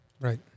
Right